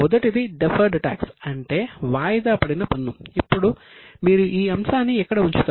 మొదటిది deferred tax విభాగం కింద ఉంది